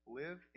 live